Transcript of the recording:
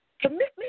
Commitment